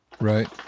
Right